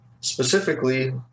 specifically